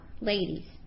ladies